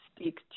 speak